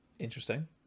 Interesting